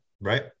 right